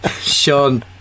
Sean